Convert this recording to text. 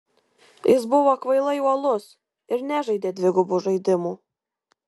jis buvo kvailai uolus ir nežaidė dvigubų žaidimų